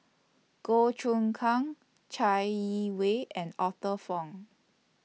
Goh Choon Kang Chai Yee Wei and Arthur Fong